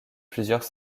plusieurs